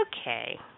okay